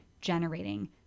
generating